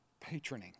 patroning